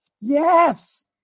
Yes